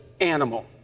animal